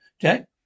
Jack